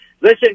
Listen